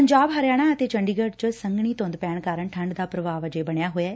ਪੰਜਾਬ ਹਰਿਆਣਾ ਅਤੇ ਚੰਡੀਗੜ ਚ ਸੰਘਣੀ ਧੰਦ ਪੈਣ ਕਾਰਨ ਠੰਡ ਦਾ ਪੁਭਾਵ ਅਜੇ ਬਣਿਆ ਹੋਇਆ ਐ